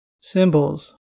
Symbols